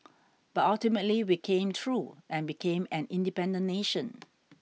but ultimately we came through and became an independent nation